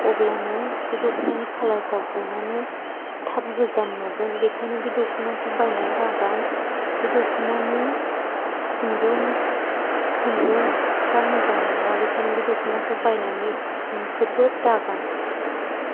अब्लानो बे दख'नानि खालारफ्रा गनानै थाब गोजाम नुगोन बेखायनो बे दख'नाखौ बायनानै दागान बे दख'नानि खुन्दुंफ्रा मोजां नङा बेनिखायनो बे दख'नाखौ बायनानै नोंसोरबो दागान